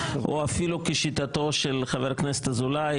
או אפילו כשיטתו של חבר הכנסת אזולאי,